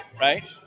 Right